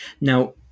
now